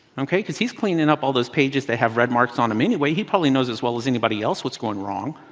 ok, because he's cleaning up all those pages they have red marks on them anyway. he probably knows as well as anybody else what's going wrong.